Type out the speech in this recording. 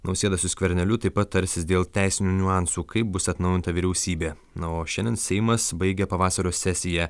nausėda su skverneliu taip pat tarsis dėl teisinių niuansų kaip bus atnaujinta vyriausybė na o šiandien seimas baigė pavasario sesiją